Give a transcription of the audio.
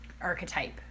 archetype